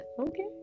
okay